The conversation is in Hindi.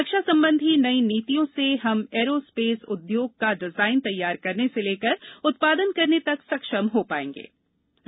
रक्षा संबंधी नई नीतियों से हम एयरो स्पेस उद्योग का डिजायन तैयार करने से लेकर उत्पादन करने तक सक्षम हो पाये हैं